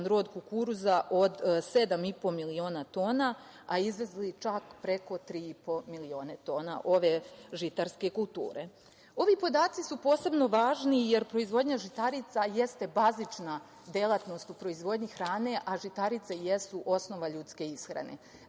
rod kukuruza od 7,5 miliona tona, a izvezli čak preko 3,5 miliona tona ove žitarske kulture. Ovi podaci su posebno važni, jer proizvodnja žitarica jeste bazična delatnost u proizvodnji hrane, a žitarice jesu osnova ljudske ishrane.